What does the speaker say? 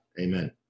Amen